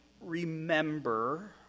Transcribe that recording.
remember